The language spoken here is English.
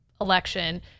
election